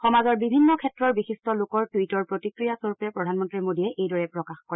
সমাজৰ বিভিন্ন ক্ষেত্ৰৰ বিশিট্ট লোকৰ টুইটৰ প্ৰতিক্ৰিয়া স্বৰূপে প্ৰধানমন্ত্ৰী মোদীয়ে এইদৰে প্ৰকাশ কৰে